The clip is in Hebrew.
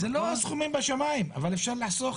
זה לא סכומים בשמיים אבל אפשר לחסוך